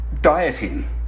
dieting